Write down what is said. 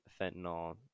fentanyl